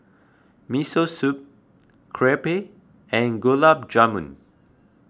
Miso Soup Crepe and Gulab Jamun